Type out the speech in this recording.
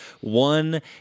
one